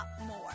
more